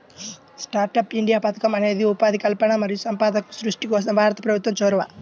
startup India పథకం అనేది ఉపాధి కల్పన మరియు సంపద సృష్టి కోసం భారత ప్రభుత్వం చొరవ